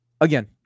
again